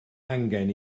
angen